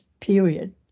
period